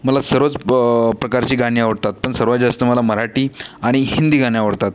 मला सर्वच प्रकारची गाणी आवडतात पण सर्वात जास्त मला मराठी आणि हिंदी गाणी आवडतात